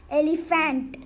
elephant